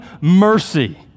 mercy